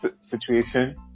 situation